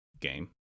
game